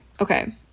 Okay